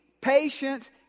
patience